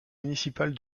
municipale